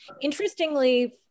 Interestingly